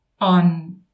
on